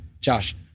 Josh